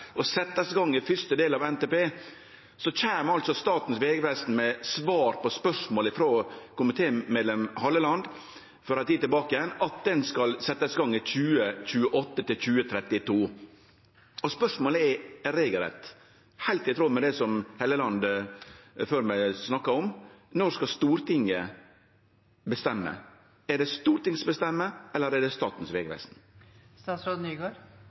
og skal setjast i gang i første del av NTP, kjem Statens vegvesen med svar på spørsmål frå komitémedlem Helleland for eit tid tilbake om at det skal setjast i gang i 2028–2032. Spørsmålet er regelrett og heilt i tråd med det som representanten Helleland før meg snakka om: Når skal Stortinget bestemme – er det Stortinget som bestemmer, eller er det Statens